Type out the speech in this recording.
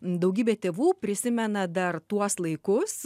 daugybė tėvų prisimena dar tuos laikus